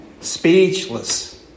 Speechless